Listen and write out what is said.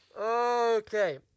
Okay